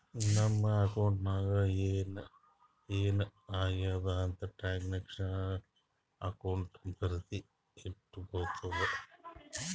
ನಮ್ ಅಕೌಂಟ್ ನಾಗ್ ಏನ್ ಏನ್ ಆಗ್ಯಾದ ಅಂತ್ ಟ್ರಾನ್ಸ್ಅಕ್ಷನಲ್ ಅಕೌಂಟ್ ಬರ್ದಿ ಇಟ್ಗೋತುದ